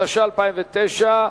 התש"ע 2009,